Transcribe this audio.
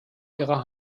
ihrer